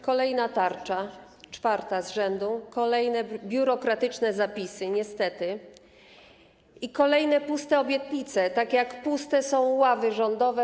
Kolejna tarcza, czwarta z rzędu, kolejne biurokratyczne zapisy i kolejne puste obietnice, tak jak puste są ławy rządowe.